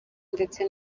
ndetse